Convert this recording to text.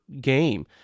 game